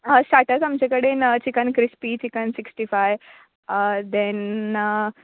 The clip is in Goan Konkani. हय स्टाटज आमचे कडेन chicken crispy chicken sixty five then